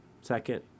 second